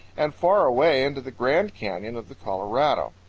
and far away into the grand canyon of the colorado.